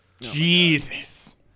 Jesus